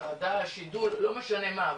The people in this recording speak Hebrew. הטרדה שידול לא משנה מה.